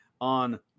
on